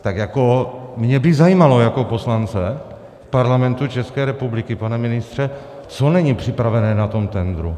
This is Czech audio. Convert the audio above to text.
Tak mě by zajímalo jako poslance Parlamentu České republiky, pane ministře, co není připravené na tom tendru?